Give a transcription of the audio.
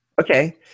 Okay